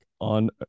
on